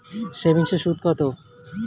সেভিংসে সুদ কত?